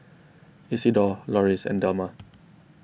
Isidore Loris and Delmar